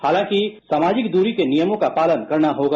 हालांकि सामाजिक दूरी के नियमों कापालन करना होगा